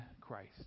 Christ